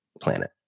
planet